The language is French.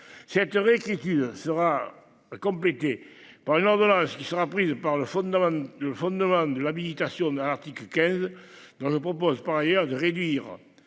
Cette réécriture. Sera. Complété par une ordonnance qui sera prise par le. Le fondement de l'habilitation d'un article quel dont je propose par ailleurs de réduire